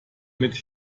mit